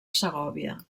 segòvia